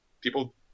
people